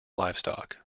livestock